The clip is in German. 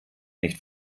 nicht